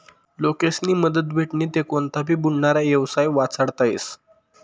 लोकेस्नी मदत भेटनी ते कोनता भी बुडनारा येवसाय वाचडता येस